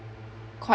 quite